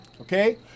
Okay